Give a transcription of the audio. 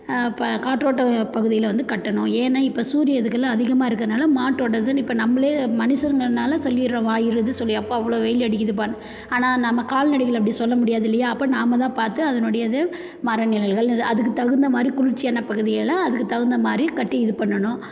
இப்போ காற்றோட்டப் பகுதியில் வந்து கட்டணும் ஏன்னா இப்போ சூரிய எதுக்குல அதிகமாக இருக்கறதுனால் மாட்டோடதுனு இப்போ நம்மளே மனுசர்ங்குறனால் சொல்லிடுறோம் வாய் சொல்லி அப்பா அவ்வளோ வெயில் அடிக்குதுப்பானு ஆனால் நம்ம கால்நடைகள் அப்படி சொல்ல முடியாது இல்லையா அப்போ நாம தான் பார்த்து அதனுடையதை மர நிழல்கள் அது அதுக்குத் தகுந்த மாதிரி குளிர்ச்சியான பகுதிகளை அதுக்குத் தகுந்த மாதிரி கட்டி இது பண்ணணும்